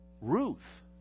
Ruth